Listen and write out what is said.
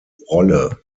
rolle